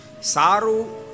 Saru